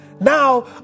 now